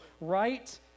right